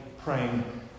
praying